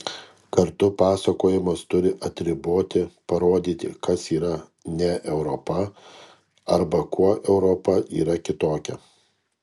kartu pasakojimas turi atriboti parodyti kas yra ne europa arba kuo europa yra kitokia